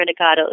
renegados